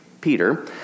Peter